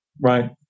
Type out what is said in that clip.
right